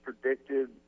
predicted